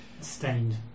Stained